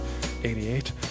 88